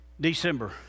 December